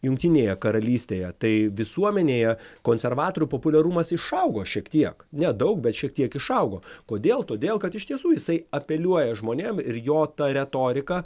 jungtinėje karalystėje tai visuomenėje konservatorių populiarumas išaugo šiek tiek nedaug bet šiek tiek išaugo kodėl todėl kad iš tiesų jisai apeliuoja žmonėm ir jo ta retorika